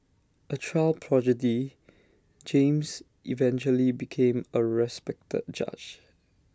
A child prodigy James eventually became A respected judge